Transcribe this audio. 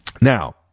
Now